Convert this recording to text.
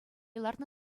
лартнӑ